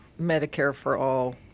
Medicare-for-all